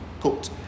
cooked